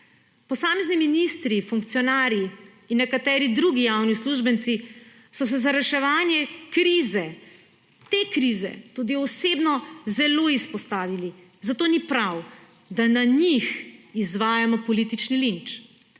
Posamezni ministri, funkcionarji in nekateri drugi javni uslužbenci so se za reševanje krize, te krize, tudi osebno zelo izpostavili, zato ni prav, da na njih izvajamo politični linč.